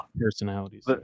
Personalities